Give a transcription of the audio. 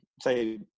say